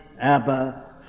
Abba